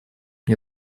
мне